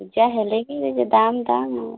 ପୂଜା ହେଲେ ବି ଦାମ୍ ଦାମ୍